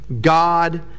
God